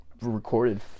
recorded